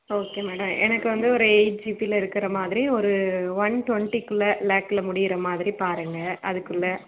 okay madam எனக்கு வந்து ஒரு எயிட் ஜீப்பிலருக்கிற மாதிரி ஒரு ஒன் டுவெண்ட்டிக்குள்ளே லேக்கில் முடியிற மாதிரி பாருங்கள் அதுக்குள்ளே